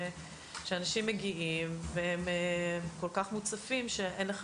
שאנשים מגיעים והם כל כך מוצפים שאין לך